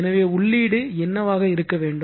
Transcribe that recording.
எனவே உள்ளீடு என்னவாக இருக்க வேண்டும்